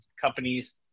companies